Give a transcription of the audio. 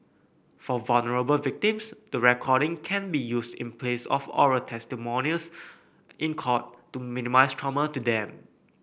for vulnerable victims the recording can be used in place of oral testimonies in court to minimize trauma to them